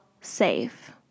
safe